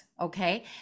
okay